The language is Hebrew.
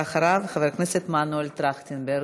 ואחריו, חבר הכנסת מנואל טרכטנברג.